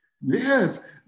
Yes